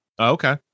Okay